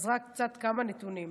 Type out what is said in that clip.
אז רק כמה נתונים.